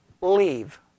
leave